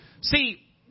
See